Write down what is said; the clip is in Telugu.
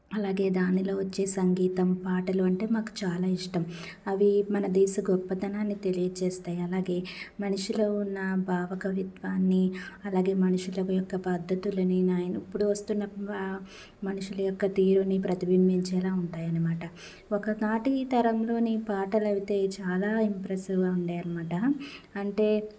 అలాగే దానిలో వచ్చే సంగీతం పాటలు అంటే మాకు చాలా ఇష్టం అవి మన దేశ గొప్పతనాన్ని తెలియజేస్తాయి అలాగే మనిషిలో ఉన్న బావ కవిత్వాన్ని అలాగే మనుషులు యొక్క పద్ధతులని ఇప్పుడు వస్తున్న మనిషిల యొక్క తీరుని ప్రతిభంబించేలా ఉంటాయి అనమాట ఒక నాటి తరంలోని పాటలు అయితే చాలా ఇంప్రెస్సివ్గా ఉంటాయి అనమాట అంటే